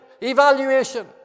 Evaluation